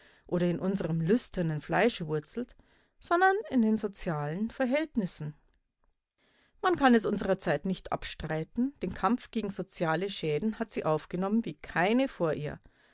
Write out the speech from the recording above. oder in unserem lüsternen fleische wurzelt sondern in den sozialen verhältnissen man kann es unserer zeit nicht abstreiten den kampf gegen soziale schäden hat sie aufgenommen wie keine vor ihr